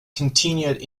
continued